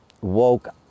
woke